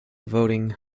voting